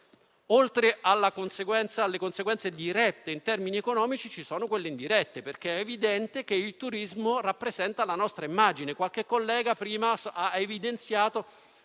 Oltre alle conseguenze dirette in termini economici, ci sono quelle indirette, perché è evidente che il turismo rappresenta la nostra immagine. Qualche collega prima ha evidenziato